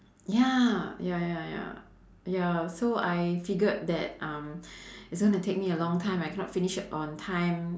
ya ya ya ya ya so I figured that um it's gonna take me a long time I cannot finish it on time